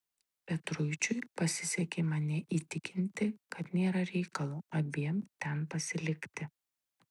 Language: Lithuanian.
petruičiui pasisekė mane įtikinti kad nėra reikalo abiem ten pasilikti